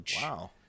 Wow